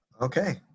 Okay